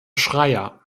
schreyer